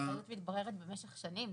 אחריות מתבררת במשך שנים.